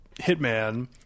hitman